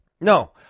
No